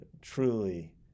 truly